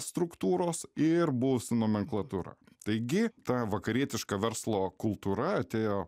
struktūros ir buvusi nomenklatūra taigi ta vakarietiška verslo kultūra atėjo